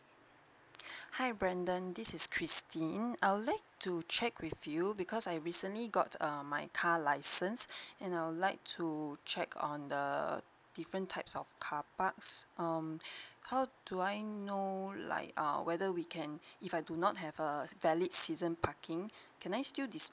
hi brandon this is christine I would like to check with you because I recently got um my car license and I would like to check on the different types of car parks um how do I know like err whether we can if I do not have a valid season parking can I still